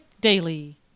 Daily